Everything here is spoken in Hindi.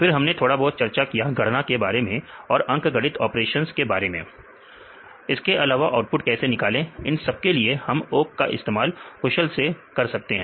फिर हमने थोड़ा बहुत चर्चा किया गणना के बारे में और अंकगणित ऑपरेशंस के बारे में इसके अलावा आउटपुट कैसे निकाले इन सबके लिए हम ओक का इस्तेमाल कुशलता से कर सकते हैं